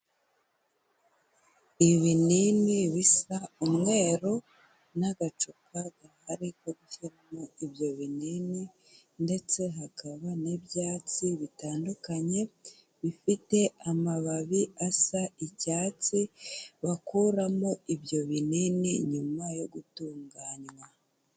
Ibinini bisa umweru n'agacupa gahari ko gushyiramo ibyo binini ndetse hakaba n'ibyatsi bitandukanye, bifite amababi asa icyatsi bakuramo ibyo binini nyuma yo gutunganywa.